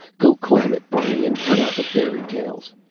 go climb it, barney and cut out the fairy tales.